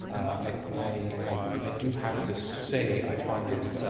i i do have to say i find it